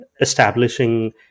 establishing